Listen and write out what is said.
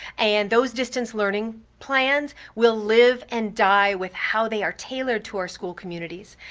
and those distance learning plans will live and die with how they are tailored to our school communities.